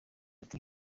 ati